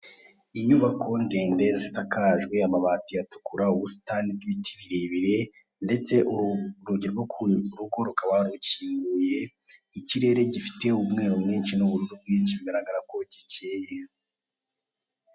Inyubako ndende zisakajwe amabati atukura, ubusitani bw'ibiti birebire ndetse urugi rwo ku rugo rukaba rukinguye, ikirere gifite umweru mwinshi n'ubururu bwinshi bigaragara ko gikeye.